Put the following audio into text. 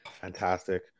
Fantastic